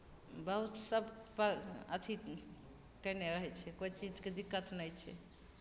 बहुत सबपर अथी कएने रहै छै कोई चीजके दिक्कत नहि छै